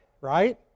right